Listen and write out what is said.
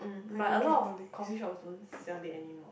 um but a lot of coffee shops don't sell it anymore